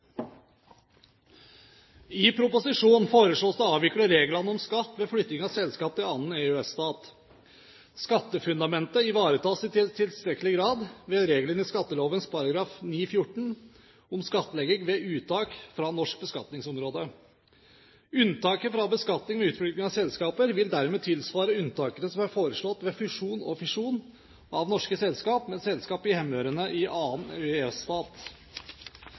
I proposisjonen foreslås det å avvikle reglene om skatt ved flytting av selskap til annen EØS-stat. Skattefundamentet ivaretas i tilstrekkelig grad ved reglene i skatteloven § 9-14 om skattlegging ved uttak fra norsk beskatningsområde. Unntaket fra beskatning ved utflytting av selskap vil dermed tilsvare unntakene som er foreslått ved fusjon og fisjon av norske selskap med selskap hjemmehørende i annen